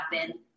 happen